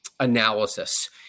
analysis